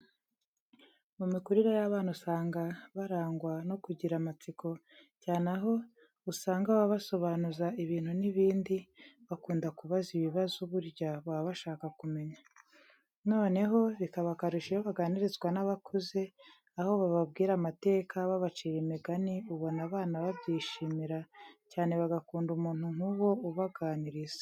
Mu mikurire y'abana usanga barangwa no kugira amatsiko, cyane aho usanga baba basobanuza ibintu n'ibindi, bakunda kubaza ibibazo burya baba bashaka kumenya. Noneho bikaba akarusho iyo baganirizwa n'abakuze, aho bababwira amateka, babacira imigani ubona abana babyishimira cyane bagakunda umuntu nk'uwo ubaganiriza.